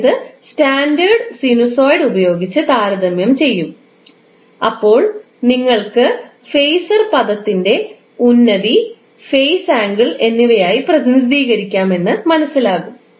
നിങ്ങൾ ഇത് standard sinusoid ഉപയോഗിച്ച് താരതമ്യം ചെയ്യും അപ്പോൾ നിങ്ങൾക്ക് ഫേസർ പദത്തിനെ ഉന്നതി ഫേസ് ആംഗിൾ എന്നിവയായി പ്രതിനിധീകരിക്കാo എന്ന് മനസ്സിലാകും